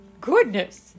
Goodness